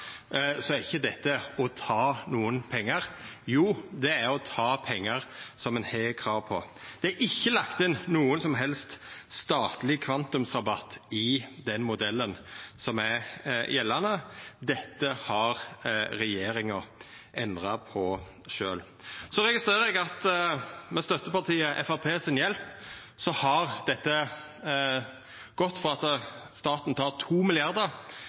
så er ikkje dette å ta nokon pengar. Jo, det er å ta pengar som ein har krav på. Det er ikkje lagt inn nokon som helst statleg kvantumsrabatt i den modellen som er gjeldande, dette har regjeringa endra på sjølv. Eg registrerer at med støttepartiet Framstegspartiet si hjelp har dette gått frå at staten